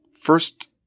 first